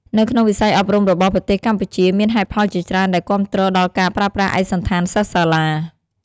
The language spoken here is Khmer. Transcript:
នៅក្នុងវិស័យអប់រំរបស់ប្រទេសកម្ពុជាមានហេតុផលជាច្រើនដែលគាំទ្រដល់ការប្រើប្រាស់ឯកសណ្ឋានសិស្សសាលា។